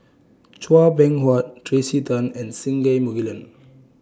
Chua Beng Huat Tracey Tan and Singai Mukilan